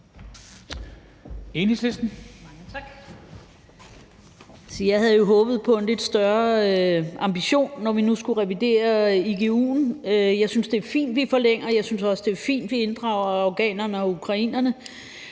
Jeg havde jo håbet på lidt større ambitioner, når vi nu skulle revidere igu'en. Jeg synes, det er fint, vi forlænger, og jeg synes også, det er fint, at vi inddrager afghanerne og ukrainerne,